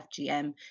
FGM